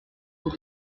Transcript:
pour